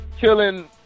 killing